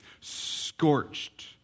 scorched